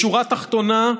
בשורה התחתונה,